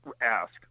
ask